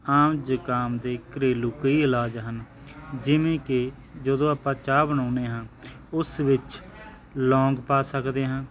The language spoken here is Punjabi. ਹਾਂ ਜ਼ੁਕਾਮ ਦੇ ਘਰੇਲੂ ਕਈ ਇਲਾਜ ਹਨ ਜਿਵੇਂ ਕਿ ਜਦੋਂ ਆਪਾਂ ਚਾਹ ਬਣਾਉਂਦੇ ਹਾਂ ਉਸ ਵਿੱਚ ਲੋਂਗ ਪਾ ਸਕਦੇ ਹਾਂ